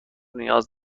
نیاز